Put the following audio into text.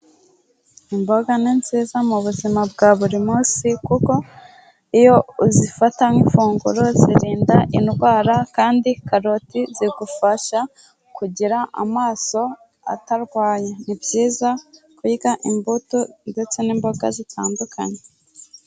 Imboga ni nziza mu buzima bwa buri munsi kuko iyo uzifata nk'ifunguro zirinda indwara kandi karoti zigufasha kugira amaso atarwaye, ni byiza kurya imbuto ndetse n'imboga zitandukanye.